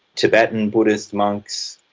tibetan buddhist monks,